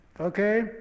okay